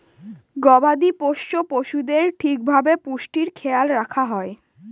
গবাদি পোষ্য পশুদের ঠিক ভাবে পুষ্টির খেয়াল রাখা হয়